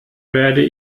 werde